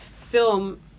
film